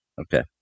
Okay